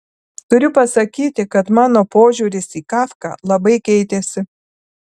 turiu pasakyti kad mano požiūris į kafką labai keitėsi